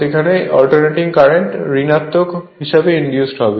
এখানে alternating current ঋণাত্মক হিসাবে ইন্ডিউজড হবে